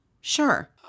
Sure